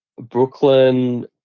Brooklyn